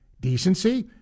decency